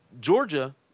Georgia